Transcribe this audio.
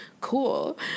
cool